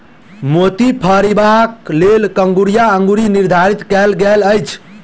मोती पहिरबाक लेल कंगुरिया अंगुरी निर्धारित कयल गेल अछि